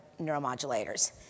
neuromodulators